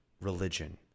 religion